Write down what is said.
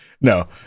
no